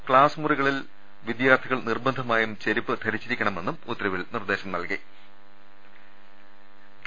class മുറികളിൽ വിദ്യാർത്ഥികൾ നിർബന്ധമായും ചെരുപ്പ് ധരിച്ചിരിക്കണമെന്നും ഉത്തരവിൽ പറയുന്നുണ്ട്